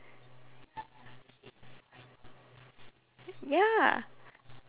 ya